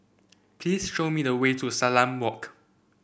please show me the way to Salam Walk